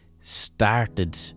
started